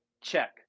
check